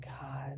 god